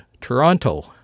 Toronto